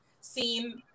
seen